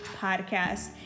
podcast